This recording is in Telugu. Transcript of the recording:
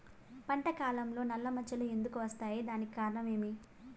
పంట కాలంలో నల్ల మచ్చలు ఎందుకు వస్తాయి? దానికి కారణం ఏమి?